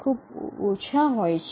ખૂબ જ ઓછા હોય છે